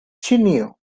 ĉinio